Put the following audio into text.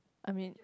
I mean